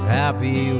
happy